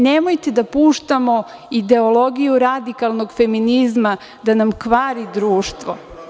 Nemojte da puštamo ideologiju radikalnog feminizma da nam kvari društvo.